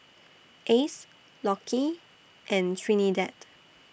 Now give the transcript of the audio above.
Ace Lockie and Trinidad